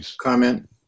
comment